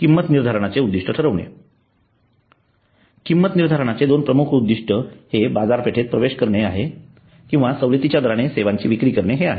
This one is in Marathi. किंमती निर्धारणाचे उद्दिष्ट ठरवणे किंमत निर्धारणाचे दोन प्रमुख उद्दिष्टे हे बाजारपेठेत प्रवेश करणे किंवा सवलतीच्या दराने सेवांची विक्री करणे हे आहेत